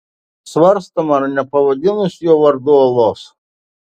svarstoma ar nepavadinus jo vardu uolos